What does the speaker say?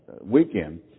weekend